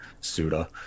Suda